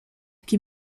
qui